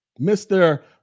Mr